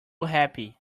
happy